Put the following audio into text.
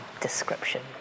description